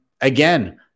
again